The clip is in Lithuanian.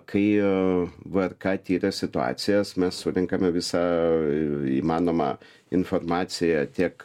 kai a vrk tiria situacijas mes surenkame visą įmanomą informaciją tiek